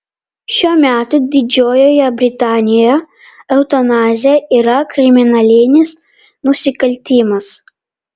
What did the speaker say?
šiuo metu didžiojoje britanijoje eutanazija yra kriminalinis nusikaltimas